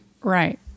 Right